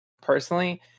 personally